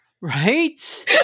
Right